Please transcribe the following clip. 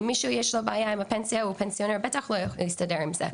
אם למישהו יש בעיה עם הפנסיה הוא לא יכול להסתדר עם זה,